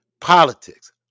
Politics